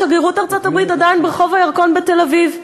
שגרירות ארצות-הברית עדיין ברחוב הירקון בתל-אביב,